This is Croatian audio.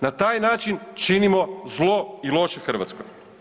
Na taj način činimo zlo i loše Hrvatskoj.